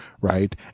right